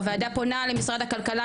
הוועדה פונה למשרד הכלכלה,